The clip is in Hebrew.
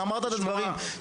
אמרת את הדברים,